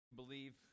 believe